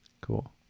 cool